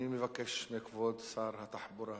אני מבקש מכבוד שר התחבורה,